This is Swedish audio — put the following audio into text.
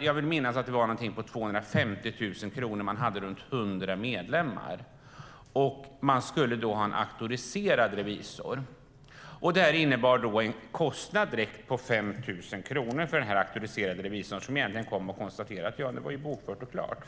Jag vill minnas att det var fråga om 250 000 kronor och omkring 100 medlemmar. Döm om min förvåning när det framkom att det måste vara en auktoriserad revisor. Det innebar en direkt kostnad på 5 000 kronor för denna auktoriserade revisor, som kom och konstaterade att det var bokfört och klart.